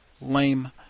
lame